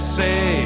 say